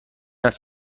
است